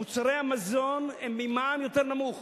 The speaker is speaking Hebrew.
על מוצרי המזון מוטל מע"מ יותר נמוך,